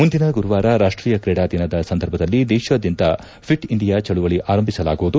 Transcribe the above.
ಮುಂದಿನ ಗುರುವಾರ ರಾಷ್ಟೀಯ ಕ್ರೀಡಾ ದಿನದ ಸಂದರ್ಭದಲ್ಲಿ ದೇಶಾದ್ಯಂತ ಫಿಟ್ ಇಂಡಿಯಾ ಚಳವಳಿ ಆರಂಭಿಸಲಾಗುವುದು